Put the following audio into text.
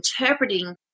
interpreting